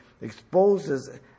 exposes